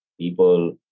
People